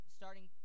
starting